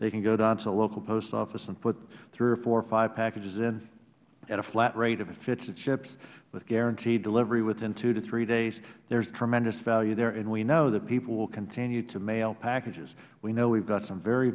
they can go down to the local post office and put three or four or five packages in at a flat rate of a fish and chips with guaranteed delivery within two to three days there is tremendous value there and we know that people will continue to mail packages we know we have some very